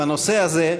בנושא הזה.